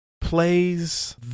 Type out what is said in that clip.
plays